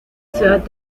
ciudad